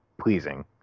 pleasing